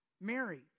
Mary